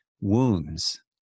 wounds